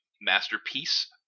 masterpiece